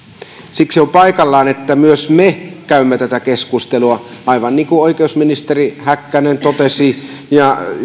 siksi on paikallaan että myös me käymme tätä keskustelua aivan niin kuin oikeusministeri häkkänen totesi ja